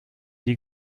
die